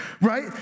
right